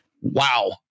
Wow